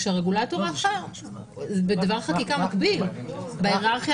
כשהרגולטור האחר בדבר חקיקה מקביל בהיררכיה